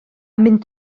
mynd